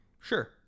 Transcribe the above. Sure